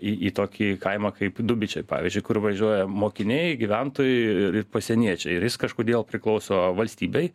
į į tokį kaimą kaip dubičiai pavyzdžiui kur važiuoja mokiniai gyventojai ir pasieniečiai ir jis kažkodėl priklauso valstybei